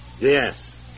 Yes